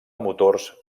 motors